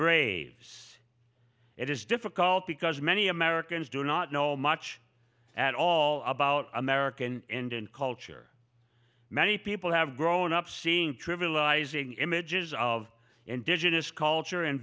braves it is difficult because many americans do not know much at all about american indian culture many people have grown up seeing trivializing images of indigenous culture and